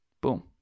Boom